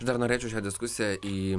aš dar norėčiau šią diskusiją į